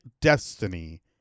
destiny